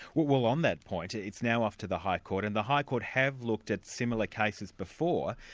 well on that point, it's now off to the high court, and the high court have looked at similar cases before,